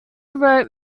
wrote